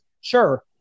sure